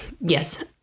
yes